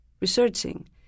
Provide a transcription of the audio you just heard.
researching